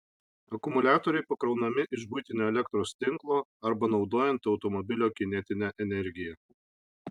akumuliatoriai pakraunami iš buitinio elektros tinklo arba naudojant automobilio kinetinę energiją